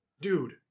Dude